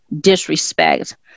disrespect